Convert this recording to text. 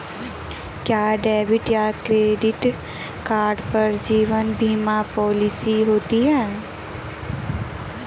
क्या डेबिट या credit card पर जीवन बीमा पॉलिसी होती है?